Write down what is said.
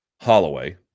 Holloway